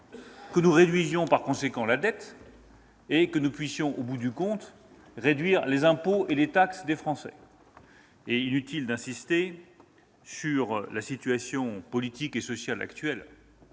que nous réduisions par conséquent la dette et que nous puissions, au bout du compte, baisser les impôts et les taxes des Français. Je crois inutile d'insister sur la situation politique et sociale actuelle.